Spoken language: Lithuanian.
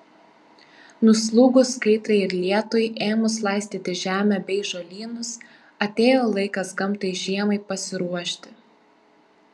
nuslūgus kaitrai ir lietui ėmus laistyti žemę bei žolynus atėjo laikas gamtai žiemai pasiruošti